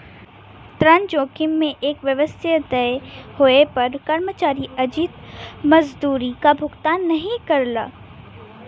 ऋण जोखिम में एक व्यवसाय देय होये पर कर्मचारी अर्जित मजदूरी क भुगतान नाहीं करला